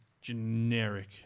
generic